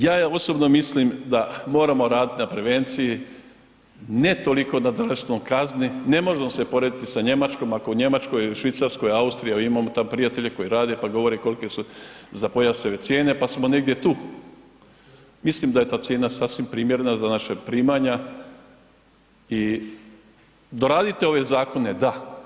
Ja osobno mislim da moramo raditi na prevenciji, ne toliko da tražimo kazne, ne možemo se porediti sa Njemačkom, ako u Njemačkoj, Švicarskoj, Austriji, evo imamo tamo prijatelje koji rade pa govore kolike su za pojaseve cijene pa smo negdje tu, mislim da je ta cijena sasvim primjerena za naša primanja i doraditi ove zakone, da.